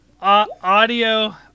Audio